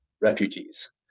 refugees